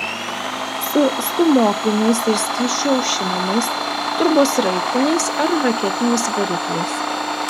su stūmokliniais ir skysčiu aušinamais turbosraigtiniais ar raketiniais varikliais